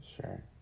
Sure